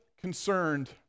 concerned